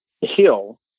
hill